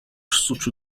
suçu